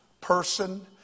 person